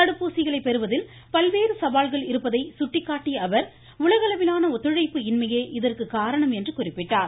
தடுப்பூசிகளை பெறுவதில் பல்வேறு சவால்கள் இருப்பதை சுட்டிக்காட்டிய அவர் உலக அளவிலான ஒத்துழைப்பு இன்மையே இதற்கு காரணம் என்று குறிப்பிட்டார்